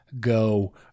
go